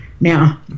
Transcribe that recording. Now